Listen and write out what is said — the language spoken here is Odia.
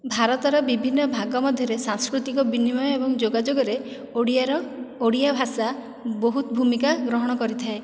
ଭାରତର ବିଭିନ୍ନ ଭାଗ ମଧ୍ୟରେ ସାଂସ୍କୃତିକ ବିନିମୟ ଏବଂ ଯୋଗାଯୋଗରେ ଓଡ଼ିଆର ଓଡ଼ିଆ ଭାଷା ବହୁତ ଭୂମିକା ଗ୍ରହଣ କରିଥାଏ